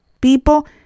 People